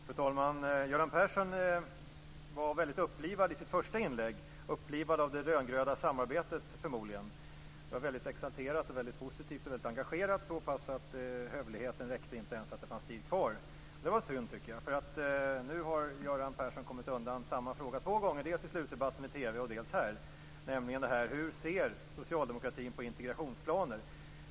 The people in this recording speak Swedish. Fru talman! Göran Persson var väldigt upplivad i sitt första inlägg - upplivad av det rödgröna samarbetet, förmodligen. Det var väldigt exalterat, väldigt positivt och väldigt engagerat - så pass att hövligheten inte räckte till att se till att det fanns tid kvar. Det var synd, tycker jag. Nu har Göran Persson kommit undan samma fråga två gånger - dels i slutdebatten i TV, dels här. Det gäller hur socialdemokratin ser på integrationsplaner.